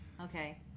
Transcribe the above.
Okay